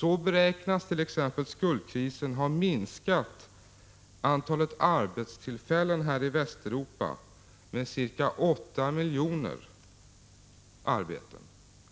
Så beräknas t.ex. skuldkrisen ha minskat antalet arbetstillfällen i Västeuropa med ca 8 miljoner